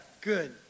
Good